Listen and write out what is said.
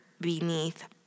beneath